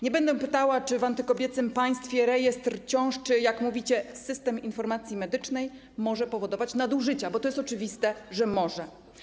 Nie będę pytała, czy w antykobiecym państwie rejestr ciąż czy - jak mówicie - System Informacji Medycznej może powodować nadużycia, bo to jest oczywiste, że może.